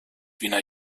wiener